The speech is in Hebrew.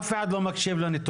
אף אחד לא מקשיב לנתונים.